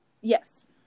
Yes